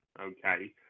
okay